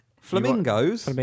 flamingos